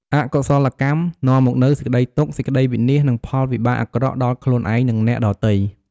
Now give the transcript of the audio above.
អកុសលកម្មនាំមកនូវសេចក្តីទុក្ខ សេចក្តីវិនាស និងផលវិបាកអាក្រក់ដល់ខ្លួនឯង និងអ្នកដទៃ។